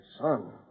son